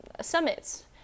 summits